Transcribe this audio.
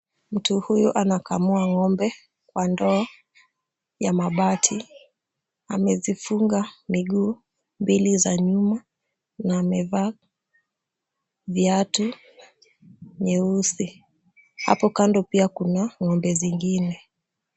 Mtu huyu anakamua ng'ombe kwa ndoo ya mabati. Amezifunga miguu mbili za nyuma na amevaa viatu nyeusi. Hapo kando pia kuna ng'ombe zingine.